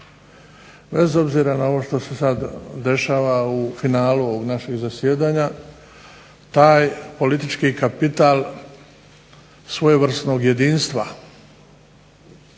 Bez obzira što se sad dešava u finalu ovog našeg zasjedanja taj politički kapital svojevrsnog jedinstva